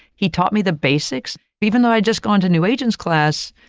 he taught me the basics, even though i just gone to new agents class,